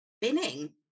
binning